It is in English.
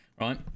right